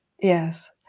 Yes